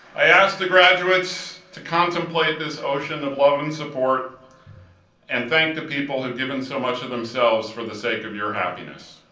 i ask the graduates to contemplate this ocean of love and support and thank the people who've given so much of themselves for the sake of your happiness.